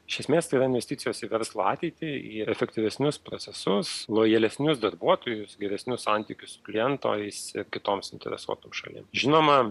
iš esmės tai yra investicijos į verslo ateitį į efektyvesnius procesus lojalesnius darbuotojus geresnius santykius su kliento isi kitoms suinteresuotoms šalims žinoma